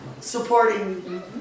supporting